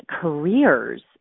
careers